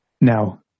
Now